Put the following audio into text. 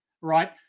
right